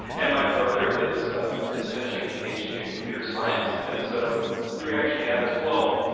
and my brother is ah is finishing a ph d. in computer science. and so the reaction you have is, well,